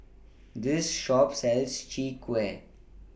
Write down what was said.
This Shop sells Chwee Kueh